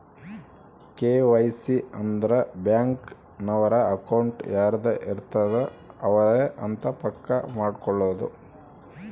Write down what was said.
KYC ಅಂದ್ರ bank ನವರು account ಯಾರದ್ ಇರತ್ತ ಅವರೆ ಅಂತ ಪಕ್ಕ ಮಾಡ್ಕೊಳೋದು